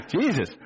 Jesus